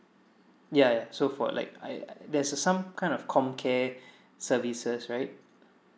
ya ya so for like I I there's a some kind of comcare services right